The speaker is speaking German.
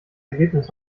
ergebnis